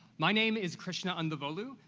my name is krisnha andavolu,